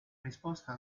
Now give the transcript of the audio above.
risposta